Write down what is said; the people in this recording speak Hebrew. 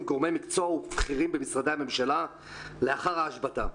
גורמי מקצוע ובכירים במשרדי הממשלה לאחר ההשבתה,